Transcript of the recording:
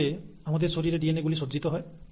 এভাবে আমাদের শরীরে ডিএনএ গুলি সজ্জিত হয়